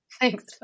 Thanks